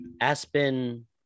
Aspen